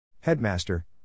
Headmaster